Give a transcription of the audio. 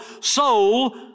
soul